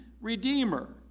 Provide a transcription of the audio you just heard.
Redeemer